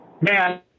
Man